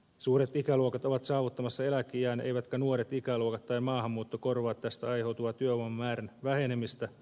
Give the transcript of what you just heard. suuret ikäluokat ovat saavuttamassa eläkeiän eivätkä nuoret ikäluokat tai maahanmuutto korvaa tästä aiheutuvaa työvoimamäärän vähenemistä